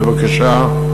בבקשה,